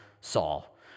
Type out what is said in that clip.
Saul